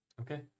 Okay